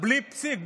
בלי פסיק,